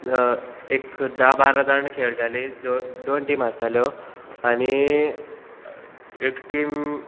एक धा बारा जाण खेळटाली दोन दोन टीम आसताल्यो आनी एक टीम